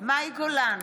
מאי גולן,